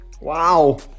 Wow